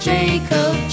Jacob